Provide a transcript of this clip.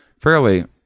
fairly